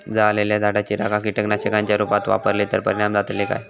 जळालेल्या झाडाची रखा कीटकनाशकांच्या रुपात वापरली तर परिणाम जातली काय?